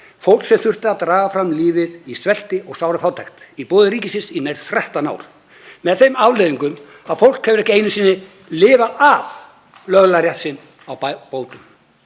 fólks sem þurfti að draga fram lífið í svelti og sárafátækt í boði ríkisins í nær 13 ár með þeim afleiðingum að fólk hefur ekki einu sinni lifað af löglegan rétt sinn á bótum.